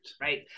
Right